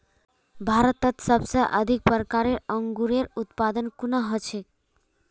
भारतत सबसे अधिक प्रकारेर अंगूरेर उत्पादन कुहान हछेक